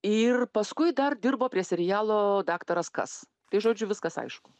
ir paskui dar dirbo prie serialo daktaras kas tai žodžiu viskas aišku